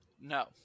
no